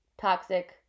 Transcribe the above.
toxic